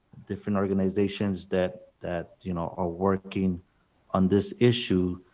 different organizations that that you know are working on this issue,